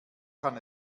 kann